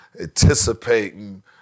anticipating